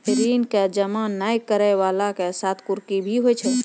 ऋण के जमा नै करैय वाला के साथ कुर्की भी होय छै कि?